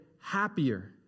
happier